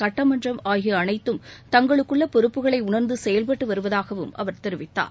சுட்டமன்றம் ஆகிய அனைத்தும் தங்களுக்குள்ள பொறுப்புகளை உணர்ந்து செயல்பட்டு வருவதாகவும் அவர் தெரிவித்தார்